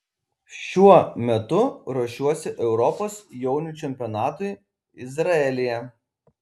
šiuo metu ruošiuosi europos jaunių čempionatui izraelyje